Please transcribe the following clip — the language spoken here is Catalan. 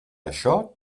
això